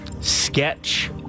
Sketch